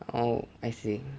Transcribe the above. oh I see